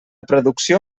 producció